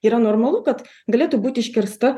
yra normalu kad galėtų būti iškirsta